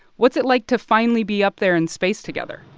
what's it like to finally be up there in space together?